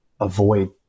avoid